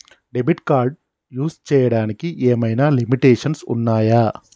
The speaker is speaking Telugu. డెబిట్ కార్డ్ యూస్ చేయడానికి ఏమైనా లిమిటేషన్స్ ఉన్నాయా?